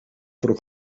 voor